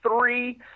three